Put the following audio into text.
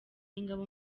ingabo